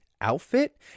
outfit